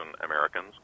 Americans